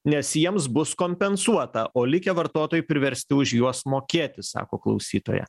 nes jiems bus kompensuota o likę vartotojai priversti už juos mokėti sako klausytoja